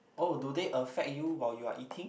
oh do they affect you while you are eating